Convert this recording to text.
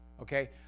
Okay